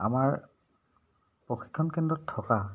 আমাৰ প্ৰশিক্ষণ কেন্দ্ৰত থকা